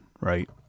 right